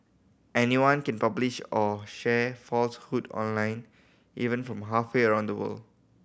anyone can publish or share falsehood online even from halfway around the world